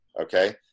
okay